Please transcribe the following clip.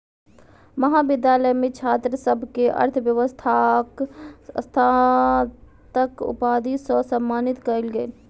महाविद्यालय मे छात्र सभ के अर्थव्यवस्थाक स्नातक उपाधि सॅ सम्मानित कयल गेल